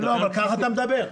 אבל כך אתה מדבר.